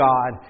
God